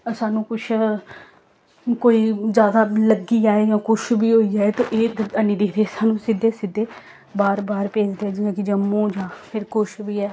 पर सानूं कुछ कोई जैदा लग्गी जाए जां कुछ बी होई जाए ते एह् हैन्नी दिखदे सानूं सिद्धे सिद्धे बाह्र बाह्र भेजदे जि'यां कि जम्मू जां फिर कुछ बी ऐ